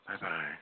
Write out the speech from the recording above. Bye-bye